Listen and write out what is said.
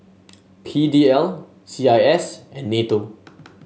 P D L C I S and NATO